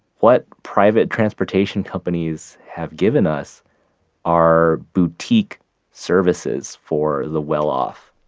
what private transportation companies have given us are boutique services for the well-off